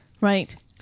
Right